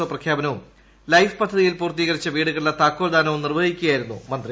O പ്രഖ്യാപനവും life പദ്ധതിയിൽ പൂർത്തീകരിച്ച വീടുകളുടെ താക്കോൽ ദാനവും നിർവഹിക്കുകയായിരുന്നു മന്ത്രി